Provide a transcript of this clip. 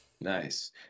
nice